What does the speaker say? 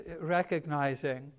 recognizing